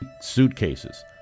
suitcases